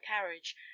carriage